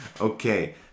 Okay